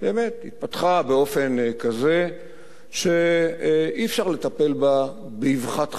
באמת מציאות שהתפתחה באופן כזה שאי-אפשר לטפל בה באבחת חקיקה.